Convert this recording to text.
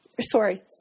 Sorry